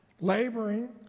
laboring